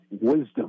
wisdom